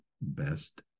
best